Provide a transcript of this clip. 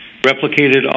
replicated